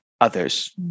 others